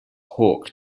hawke